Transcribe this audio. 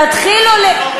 ארבעה נרצחים.